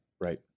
right